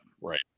Right